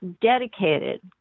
dedicated